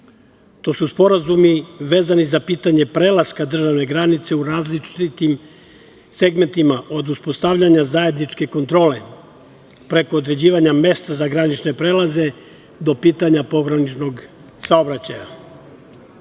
To su sporazumi vezani za pitanje prelaska državne granice u različitim segmentima, od uspostavljanja zajedničke kontrole, preko određivanja mesta za granične prelaze do pitanja pograničnog saobraćaja.